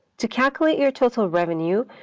to calculate your total revenue,